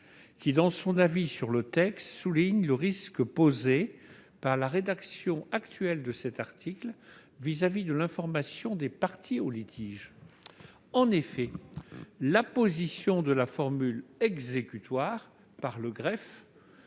Dans son avis sur le texte, elle a souligné le risque posé par la rédaction actuelle de l'article au regard de l'information des parties au litige. En effet, l'apposition de la formule exécutoire par le greffe